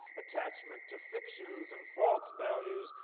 attachment to fictions and false values,